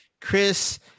chris